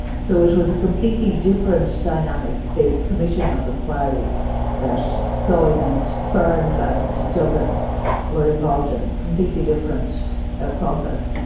so it was a completely different dynamic, the commission of inquiry that cloyne and ferns and dublin were involved in, completely different ah process.